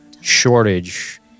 shortage